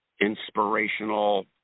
inspirational